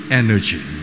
energy